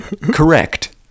Correct